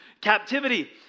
captivity